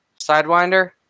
Sidewinder